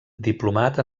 diplomat